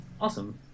Awesome